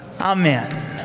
Amen